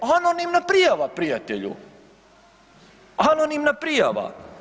Anonimna prijava prijatelju, anonimna prijava.